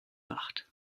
macht